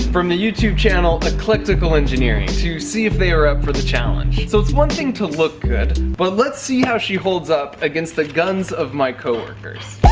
from the youtube channel eclectical engineering to see if they're up for the challenge. so, it's one thing to look good, but let's see how she holds up against the guns of my co-workers.